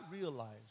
realized